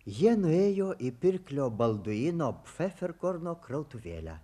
jie nuėjo į pirklio balduino pfeferkorno krautuvėlę